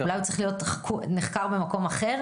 אולי הוא צריך להיות נחקר במקום אחר?